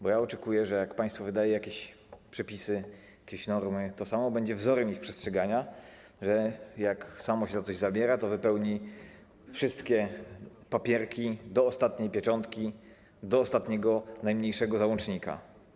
Bo oczekuję, że jak państwo wydaje jakieś przepisy, normy, to samo będzie wzorem ich przestrzegania, że jak samo się za coś zabiera, to wypełni wszystkie papierki do ostatniej pieczątki, do ostatniego najmniejszego załącznika.